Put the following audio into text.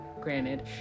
Granted